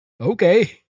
Okay